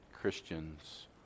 Christians